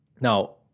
Now